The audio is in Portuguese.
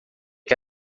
que